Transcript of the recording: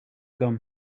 gum